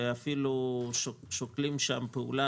ואפילו שוקלים שם פעולה,